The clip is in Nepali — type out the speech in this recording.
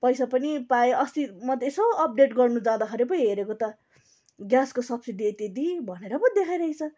पैसा पनि पाएँ अस्ति म त यसो अपडेट गर्नु जाँदाखेरि पो हेरेको त ग्यासको सब्सिडी यति यति भनेर पो देखाइरहेछ